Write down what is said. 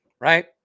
right